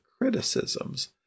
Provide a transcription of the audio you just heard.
criticisms